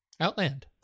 Outland